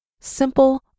simple